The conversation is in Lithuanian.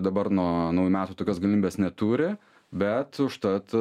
dabar nuo naujų metų tokios galybės neturi bet užtat